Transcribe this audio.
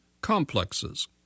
complexes